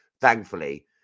thankfully